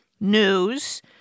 news